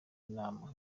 inama